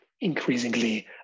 increasingly